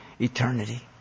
Eternity